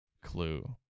Clue